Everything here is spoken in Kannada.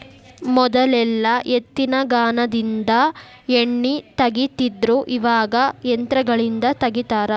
ಮೊದಲೆಲ್ಲಾ ಎತ್ತಿನಗಾನದಿಂದ ಎಣ್ಣಿ ತಗಿತಿದ್ರು ಇವಾಗ ಯಂತ್ರಗಳಿಂದ ತಗಿತಾರ